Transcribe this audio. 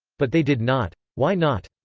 but they did not. why not?